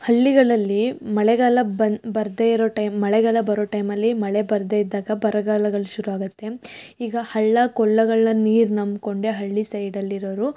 ಹಳ್ಳಿಗಳಲ್ಲಿ ಮಳೆಗಾಲ ಬಂದು ಬರದೇ ಇರೋ ಟೈಮ್ ಮಳೆಗಾಲ ಬರೋ ಟೈಮಲ್ಲಿ ಮಳೆ ಬರದೇ ಇದ್ದಾಗ ಬರಗಾಲಗಳು ಶುರು ಆಗುತ್ತೆ ಈಗ ಹಳ್ಳ ಕೊಳ್ಳಗಳನ್ನ ನೀರು ನಂಬಿಕೊಂಡೆ ಹಳ್ಳಿ ಸೈಡಲ್ಲಿರೋವ್ರು